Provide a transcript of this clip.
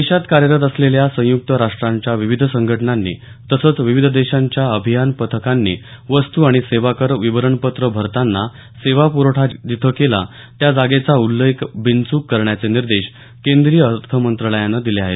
देशात कार्यरत असलेल्या संयुक्त राष्ट्रांच्या विविध संघटनांनी तसंच विविध देशांच्या अभियान पथकांनी वस्तू आणि सेवाकर विवरणपत्र भरताना सेवाप्रवठा जिथं केला त्या जागेचा उल्लेख बिनचूक करण्याचे निर्देश केंद्रीय अर्थमंत्रालयानं दिले आहेत